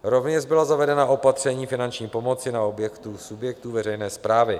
Rovněž byla zavedena opatření finanční pomoci na subjektů veřejné správy.